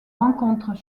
rencontrent